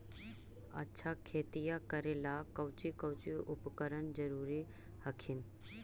अच्छा खेतिया करे ला कौची कौची उपकरण जरूरी हखिन?